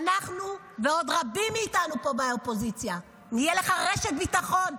אנחנו ועוד רבים מאיתנו פה באופוזיציה נהיה לך רשת ביטחון,